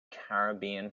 caribbean